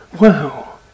wow